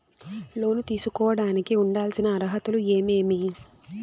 లోను తీసుకోడానికి ఉండాల్సిన అర్హతలు ఏమేమి?